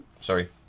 Sorry